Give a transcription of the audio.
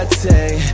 take